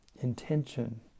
intention